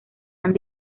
han